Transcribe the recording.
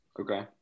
Okay